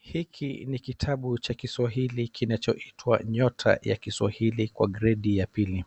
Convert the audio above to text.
Hiki ni kitabu cha kiswahili kinachoitwa Nyota ya Kiswajili kwa gredi ya pili